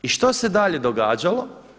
I što se dalje događalo?